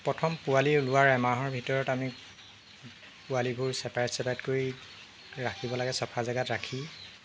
প্ৰথম পোৱালি ওলোৱাৰ এমাহৰ ভিতৰত আমি পোৱালিবোৰ ছেপাৰেট ছেপাৰেট কৰি ৰাখিব লাগে চফা জেগাত ৰাখি